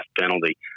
penalty